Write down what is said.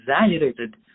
exaggerated